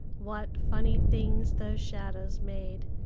what funny things those shadows made,